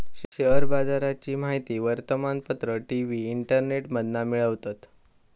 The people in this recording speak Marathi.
शेयर बाजाराची माहिती वर्तमानपत्र, टी.वी, इंटरनेटमधना मिळवतत